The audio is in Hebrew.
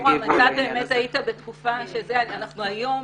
אתה באמת היית בתקופה כזאת אבל היום